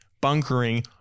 bunkering